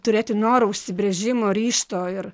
turėti noro užsibrėžimo ryžto ir